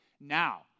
Now